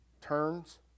turns